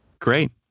Great